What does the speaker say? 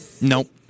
Nope